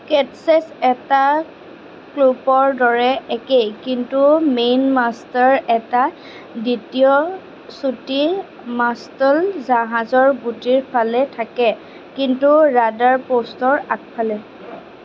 catches এটা শ্লুপৰ দৰে একে কিন্তু মেইন মাষ্টৰ এটা দ্বিতীয় চুটি মাস্তুল জাহাজৰ গুৰিৰ ফালে থাকে কিন্তু ৰাডাৰ পোষ্টৰ আগফালে